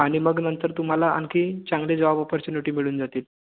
आणि मग नंतर तुम्हाला आणखी चांगले जॉब ऑपॉर्चुनिटी मिळून जातील